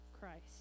Christ